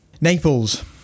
Naples